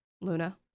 Luna